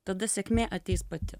tada sėkmė ateis pati